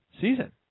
season